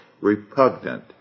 repugnant